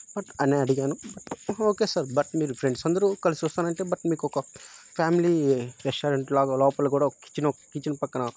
but అనే అడిగాను but okay sir but మీరు ఫ్రెండ్స్ అందరూ కలిసి వస్తానంటే బట్ మీకొక ఫ్యామిలీ రెస్టారెంట్ లాగా లోపల కూడా ఒక కిచను కిచెన్ పక్కన